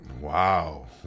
Wow